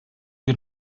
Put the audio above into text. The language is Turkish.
bir